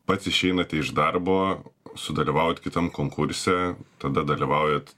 pats išeinate iš darbo sudalyvavot kitam konkurse tada dalyvaujat